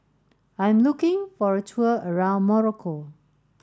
I am looking for a tour around Morocco